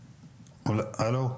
המדעים.